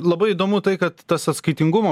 labai įdomu tai kad tas atskaitingumo